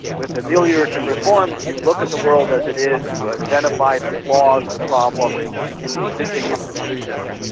with ameliorative reform you look at the world as it is, you identify the flaws, the problem in the existing institution,